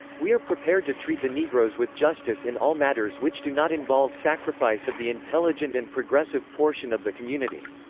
we are prepared to treat the negroes with justice in all matters which do not involve sacrifice of the intelligent and progressive portion of the community.